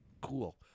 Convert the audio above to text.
cool